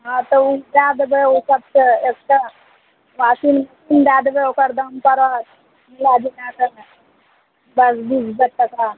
हँ तऽ ओ दै देबै ओ सबके एकटा वाशिन्ग मशीन दै देबै ओकर दाम पड़त मिलै जुलैके दस बीस हजार टका